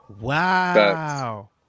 wow